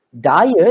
diet